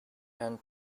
and